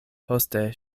poste